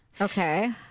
okay